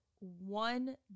one